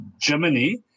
Germany